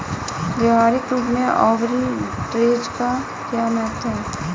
व्यवहारिक रूप में आर्बिट्रेज का क्या महत्व है?